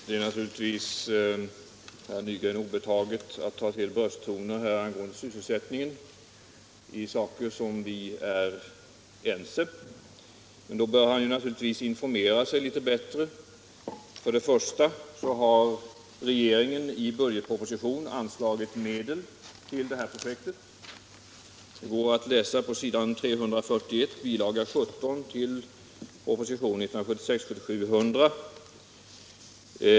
Herr talman! Det är naturligtvis herr Nygren obetaget att ta till brösttoner om sysselsättningen när vi diskuterar saker som vi är ense om. Men då borde han naturligtvis informera sig litet bättre. För det första har regeringen i budgetpropositionen anslagit medel till det här projektet. Det går att läsa på s. 341 i Bilaga 17 till proposition 1976/77:100.